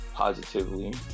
positively